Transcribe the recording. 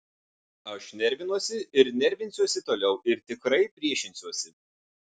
aš nervinuosi ir nervinsiuosi toliau ir tikrai priešinsiuosi